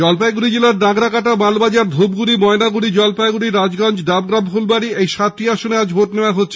জলপাইগুড়ি জেলার নাগরাকাটা মালবাজার ধুপগুড়ি ময়নাগুড়ি জলপাইগুড়ি রাজগঞ্জ ডাবগ্রাম ফুলবাড়ি এই সাতটি আসনে আজ ভোট নেওয়া হচ্ছে